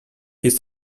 his